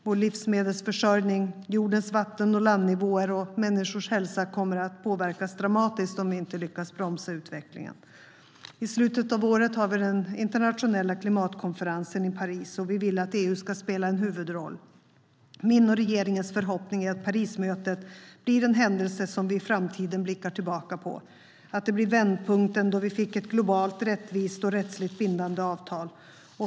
Vår livsmedelsförsörjning, jordens vatten och landnivåer och människors hälsa kommer att påverkas dramatiskt om vi inte lyckas bromsa utvecklingen. I slutet av året är det den internationella klimatkonferensen i Paris. Vi vill att EU ska spela en huvudroll. Min och regeringens förhoppning är att Parismötet blir en händelse som vi i framtiden blickar tillbaka på, att det blir vändpunkten då vi fick ett globalt, rättvist och rättsligt bindande avtal.